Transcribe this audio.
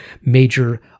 major